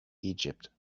egypt